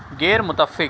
غیر متفق